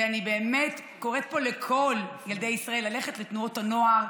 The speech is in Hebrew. אני באמת קוראת פה לכל ילדי ישראל ללכת לתנועות הנוער.